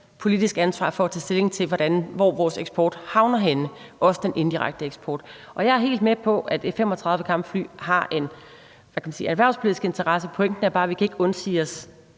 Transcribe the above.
politisk ansvar for at tage stilling til, hvor vores eksport havner henne, også den indirekte eksport. Og jeg er helt med på, at F 35-kampflyene, hvad kan man sige, har en erhvervspolitisk interesse. Pointen er bare, at vi ikke kan undsige os